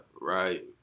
right